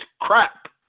crap